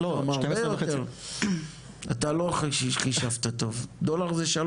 איך יכול להיות שרשות החדשנות לא שמה שם מיליון דולר ראשון?